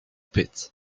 pit